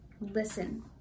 Listen